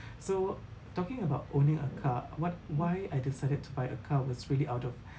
so talking about owning a car what why I decided to buy a car that's really out of